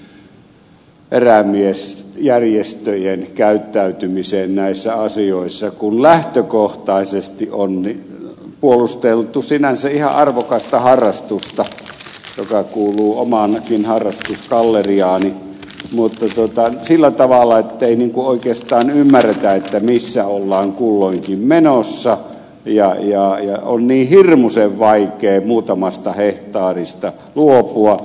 minä olen ollut ihan hivenen pettynyt erämiesjärjestöjen käyttäytymiseen näissä asioissa kun lähtökohtaisesti on puolusteltu sinänsä ihan arvokasta harrastusta joka kuuluu omaankin harrastusgalleriaani mutta sillä tavalla ettei oikeastaan ymmärretä missä ollaan kulloinkin menossa ja on niin hirmuisen vaikea muutamasta hehtaarista luopua